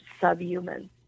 subhuman